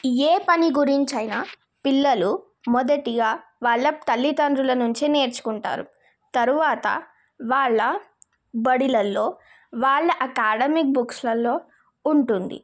ఏ పని గురించైనా పిల్లలు మొదటిగా వాళ్ళ తల్లితండ్రుల నుంచే నేర్చుకుంటారు తరువాత వాళ్ళ బడిలల్లో వాళ్ళ అకాడమిక్ బుక్స్లలో ఉంటుంది